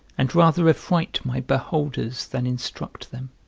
and rather affright my beholders than instruct them